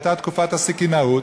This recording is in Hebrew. והייתה תקופת סכינאות,